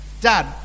dad